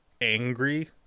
angry